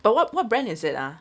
but what what brand is it ah